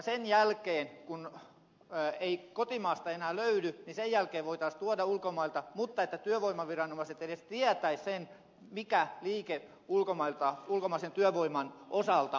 sen jälkeen kun ei kotimaasta enää löydy voitaisiin tuoda ulkomailta mutta tällöin työvoimaviranomaiset edes tietäisivät sen mikä liike ulkomaisen työvoiman osalta on